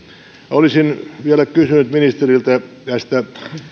olisin vielä kysynyt ministeriltä näistä